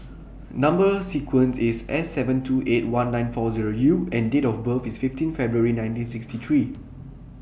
Number sequence IS S seven two eight one nine four Zero U and Date of birth IS fifteen February nineteen sixty three